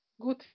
good